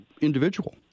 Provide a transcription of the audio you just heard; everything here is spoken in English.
individual